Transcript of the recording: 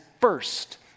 first